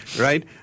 right